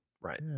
right